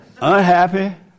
unhappy